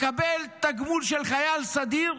תקבל תגמול של חייל סדיר,